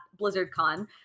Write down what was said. BlizzardCon